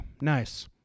nice